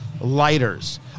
lighters